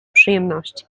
przyjemności